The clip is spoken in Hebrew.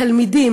תלמידים,